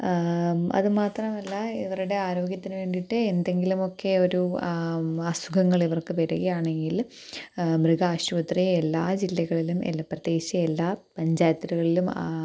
അതുമാത്രമല്ല ഇവരുടെ ആരോഗ്യത്തിനു വേണ്ടിയിട്ട് എന്തെങ്കിലുമൊക്കെ ഒരു അസുഖങ്ങൾ ഇവർക്ക് വരികയാണെങ്കിൽ മൃഗാശുപത്രി എല്ലാ ജില്ലകളിലും എല്ല പ്രത്യേകിച്ച് എല്ലാ പഞ്ചായത്തുകളിലും